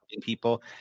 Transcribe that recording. people